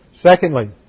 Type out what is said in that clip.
Secondly